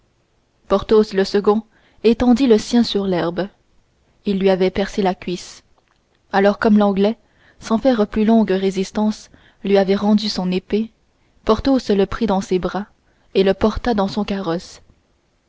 porthos le second étendit le sien sur l'herbe il lui avait percé la cuisse alors comme l'anglais sans faire plus longue résistance lui avait rendu son épée porthos le prit dans ses bras et le porta dans son carrosse